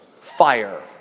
fire